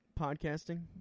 podcasting